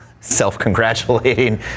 self-congratulating